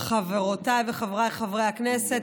חברותיי וחבריי חברי הכנסת,